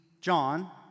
John